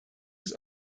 des